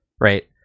right